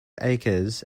acres